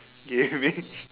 gaming